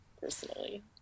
personally